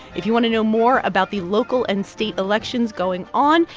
if you want to know more about the local and state elections going on,